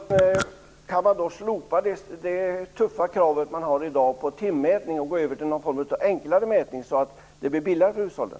Herr talman! Kan man slopa det tuffa krav på timmätning som man har i dag och gå över till någon form av enklare mätning, så att det blir billigare för hushållen?